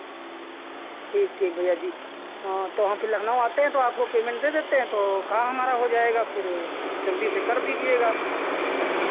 ठीक ठीक भैया जी हाँ तो हम फिर लखनऊ आते हैं तो आपको पेमेंट दे देते हैं तो काम हमारा हो जाएगा फिर जल्दी से कर दीजिएगा